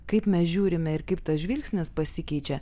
kaip mes žiūrime ir kaip tas žvilgsnis pasikeičia